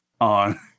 on